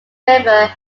river